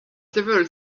several